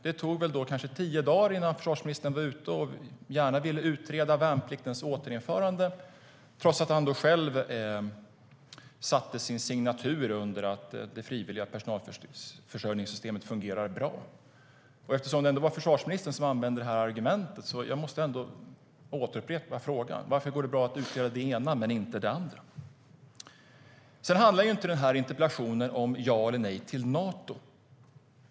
Det tog kanske tio dagar så ville försvarsministern utreda värnpliktens återinförande, trots att han satte sin signatur under att det frivilliga personalförsörjningssystemet fungerar bra. Interpellationen handlar inte om ja eller nej till Nato.